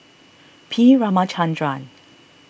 R Ramachandran